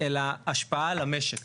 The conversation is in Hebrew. אלא השפעה על המשק,